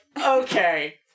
okay